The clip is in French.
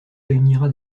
réunira